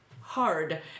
hard